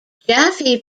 jaffe